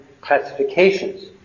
classifications